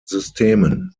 systemen